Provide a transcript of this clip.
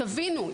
תבינו,